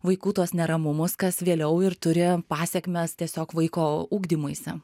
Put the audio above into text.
vaikų tuos neramumus kas vėliau ir turi pasekmes tiesiog vaiko ugdymuisi